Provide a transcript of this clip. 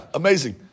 amazing